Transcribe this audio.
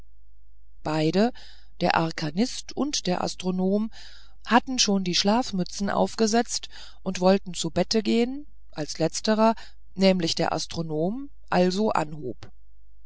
beide der arkanist und der astronom hatten schon die schlafmützen aufgesetzt und wollten zu bette gehen als letzterer nämlich der astronom also anhob